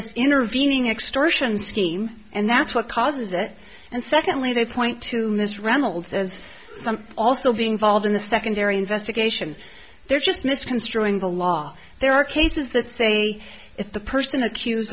this intervening extortion scheme and that's what causes it and secondly they point to miss reynolds as also being involved in the secondary investigation they're just misconstruing the law there are cases that say if the person